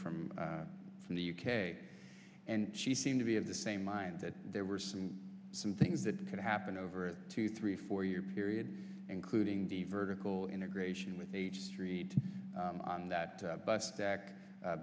from from the u k and she seemed to be of the same mind that there were some some things that could happen over two three four year period including the vertical integration with h street on that bus stack